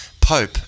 Pope